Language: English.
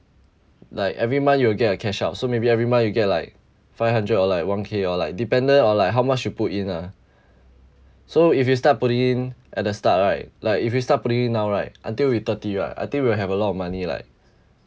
like every month you will get a cash out so maybe every month you get like five hundred or like one K or like dependent or like how much you put in lah so if you start putting in at the start right like if you start putting in now right until we thirty right I think we'll have a lot of money like